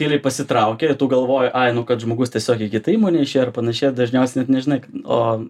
tyliai pasitraukia ir tu galvoji ai nu kad žmogus tiesiog į kitą įmonę išėjo ir panašiai ir dažniausiai net nežinai o